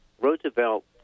Roosevelt